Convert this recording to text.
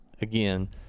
again